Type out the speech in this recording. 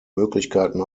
möglichkeiten